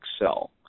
Excel